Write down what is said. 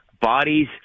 bodies